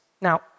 Now